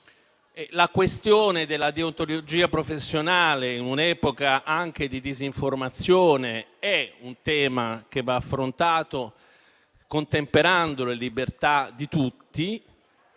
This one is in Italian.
La questione della deontologia professionale, in un'epoca anche di disinformazione, è un tema che va affrontato, contemperando le libertà di tutti.